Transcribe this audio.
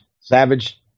Savage